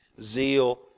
zeal